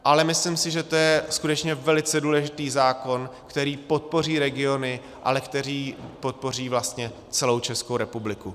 Ale myslím si, že je to skutečně velice důležitý zákon, který podpoří regiony, ale který podpoří vlastně celou Českou republiku.